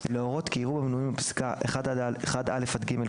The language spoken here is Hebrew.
באולם נגב,